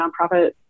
nonprofit